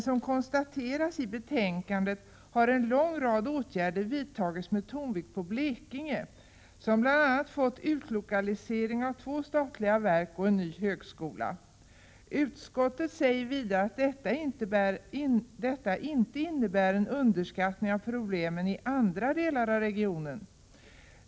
Som konstateras i betänkandet har en lång rad åtgärder vidtagits med tonvikt på Blekinge, som bl.a. fått utlokalisering av två statliga verk och en ny högskola. Utskottet säger vidare att detta inte innebär en underskattning av problemen i andra delar av regionen.